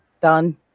done